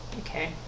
okay